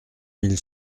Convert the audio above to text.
mille